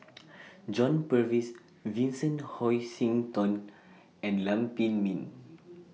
John Purvis Vincent Hoisington and Lam Pin Min